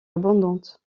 abondante